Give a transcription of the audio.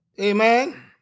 Amen